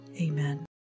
Amen